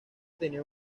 tenía